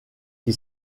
qui